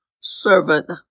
Servant